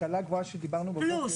השכלה גבוהה שדיברנו בבוקר?